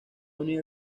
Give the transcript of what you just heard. única